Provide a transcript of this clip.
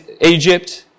Egypt